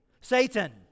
Satan